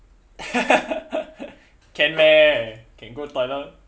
can meh can go toilet